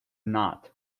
not